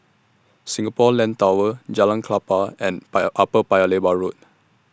Singapore Land Tower Jalan Klapa and Paya Upper Paya Lebar Road